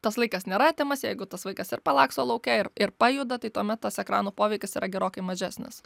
tas laikas nėra atimas jeigu tas vaikas ir palaksto lauke ir ir pajuda tai tuomet tas ekranų poveikis yra gerokai mažesnis